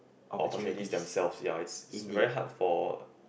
opportunities themselves ya it's it's very hard for